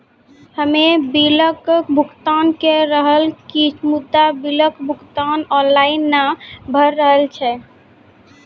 हम्मे बिलक भुगतान के रहल छी मुदा, बिलक भुगतान ऑनलाइन नै भऽ रहल छै?